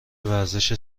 ورزش